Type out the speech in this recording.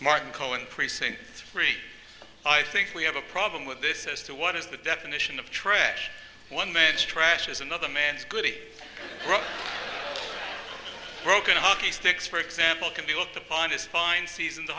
martin cohen precinct three i think we have a problem with this as to what is the definition of tray one man's trash is another man's good broken hockey sticks for example can be looked upon as fine sees in the